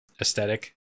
aesthetic